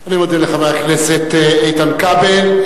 אני מודה לחבר הכנסת איתן כבל.